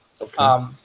Okay